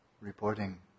reporting